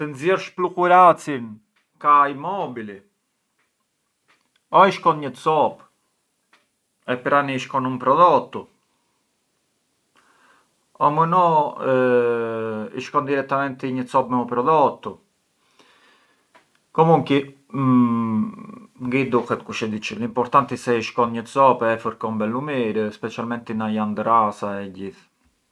Të nxiersh pluhuracin ka i mobili, o i shkon një cop e pran i shkon un prodottu o më no i shkon direttamenti një cop me un prodottu, comunqui ngë i duhet kush e di çë, l’importanti se i shkon një cop e e fërkon mirë, specialmenti nga jan drasa e gjithë.